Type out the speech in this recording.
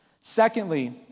Secondly